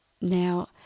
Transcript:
Now